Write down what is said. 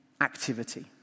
activity